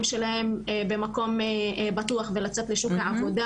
שלהם במקום בטוח ולצאת לשוק העבודה.